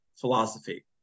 philosophy